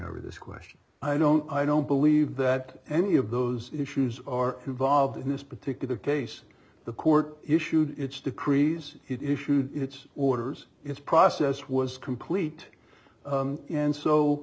over this question i don't i don't believe that any of those issues are involved in this particular case the court issued its decrees it issued its orders its process was complete and so